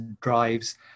drives